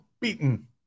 beaten